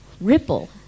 Ripple